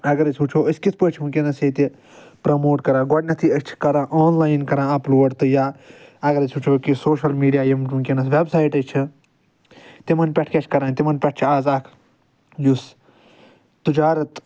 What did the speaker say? اگر أسۍ وٕچھو أسۍ کِتھ پٲٹھۍ چھِ وٕنکٮ۪نس ییٚتہِ پرموٹ کران گۄڈٕنٮ۪تھ أسۍ چھِ کران آنلاٮ۪ن کان اپلوڈ تہ یا اگر أسۍ وٕچھو کہِ سوشل میٖڈیا یِم وٕنکٮ۪نس وٮ۪ب ساٮ۪ٹہٕ چھِ تِمن پٮ۪ٹھ کیٚاہ چھِ کران تِمن پٮ۪ٹھ آز اکھ یُس تجارت